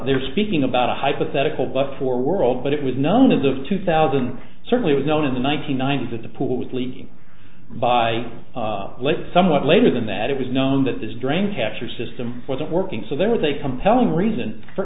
they're speaking about a hypothetical but for world but it was known as of two thousand certainly was known in the one thousand nine hundred the pool was leaking by late somewhat later than that it was known that this drain catcher system wasn't working so there was a compelling reason for